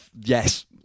yes